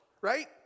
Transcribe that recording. right